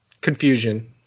confusion